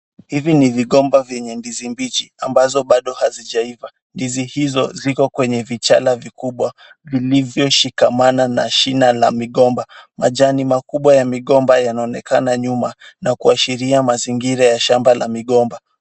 Hivi ni vigomba vyenye ndizi mbichi ambazo bado hazijaiva, ndizi hivo ziko kwenye vichala vikubwa vilivyoshikamana na shina la migomba. Majani makubwa ya migomba yanaonekana nyuma na kuashiria mazingira ya shamba la migomba.